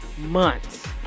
months